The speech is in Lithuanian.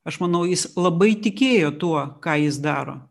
aš manau jis labai tikėjo tuo ką jis daro